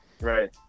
right